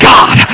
God